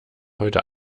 heute